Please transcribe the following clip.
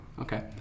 Okay